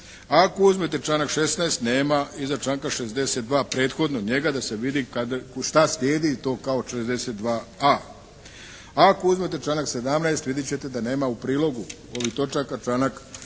Ako uzmete članak 16. nema iza članka 62. prethodno njega da se vidi kad i šta sljedi i to kao 62.a. Ako uzmete članak 17. vidjet ćete da nema u prilogu ovih točaka članka 66.